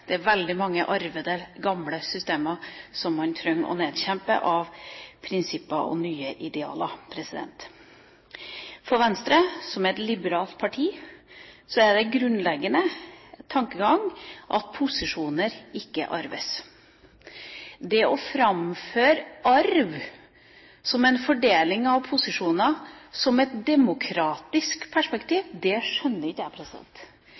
Det er veldig mange arvede, gamle systemer som man trenger å nedkjempe på grunn av prinsipper og nye idealer. For Venstre, som er et liberalt parti, er det en grunnleggende tankegang at posisjoner ikke arves. Det å framføre arv som en fordeling av posisjoner som et demokratisk perspektiv, skjønner ikke jeg.